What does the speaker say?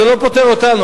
זה לא פוטר אותנו,